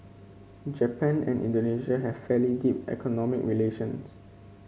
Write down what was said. Japan and Indonesia have fairly deep economic relations